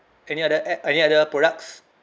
any other a~ any other products